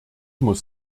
muss